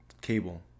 cable